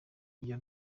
iyo